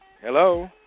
Hello